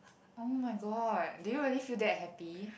oh-my-god do you really feel that happy